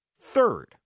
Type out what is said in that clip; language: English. Third